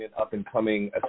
up-and-coming